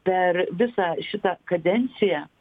per visą šitą kadenciją